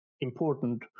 important